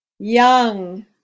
young